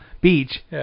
beach